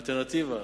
האלטרנטיבה,